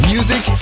Music